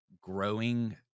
growing